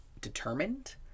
determined